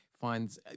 finds